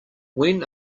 when